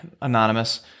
anonymous